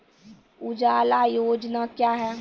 उजाला योजना क्या हैं?